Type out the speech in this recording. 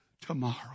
tomorrow